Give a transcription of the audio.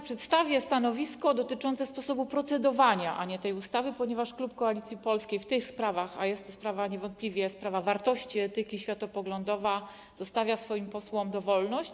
Przedstawię stanowisko dotyczące sposobu procedowania, a nie tej ustawy, ponieważ klub Koalicji Polskiej w tych sprawach, a jest to niewątpliwie sprawa wartości, etyki, światopoglądu, zostawia swoim posłom dowolność.